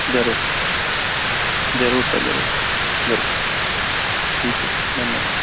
जरूर जरूर सर जरूर जरूर ठीक है सर धन्यवाद